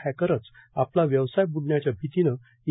हॅकरच आपला व्यवसाय ब्डण्याच्या भितीने ई